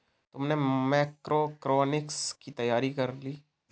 तुमने मैक्रोइकॉनॉमिक्स की तैयारी कर ली?